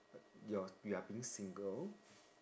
you're you're being single